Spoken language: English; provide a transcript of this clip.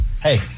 Hey